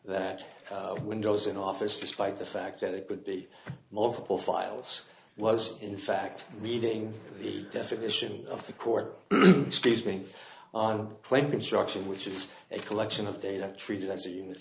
that windows in office despite the fact that it could be multiple files was in fact meeting the definition of the court speech going on claim construction which is a collection of data treated as a unit